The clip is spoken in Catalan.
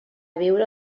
viure